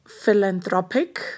philanthropic